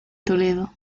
toledo